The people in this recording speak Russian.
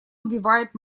убивает